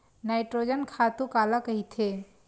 Nitrogen खातु काला कहिथे?